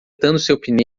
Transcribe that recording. consertando